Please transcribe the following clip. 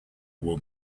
will